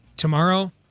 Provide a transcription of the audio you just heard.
Tomorrow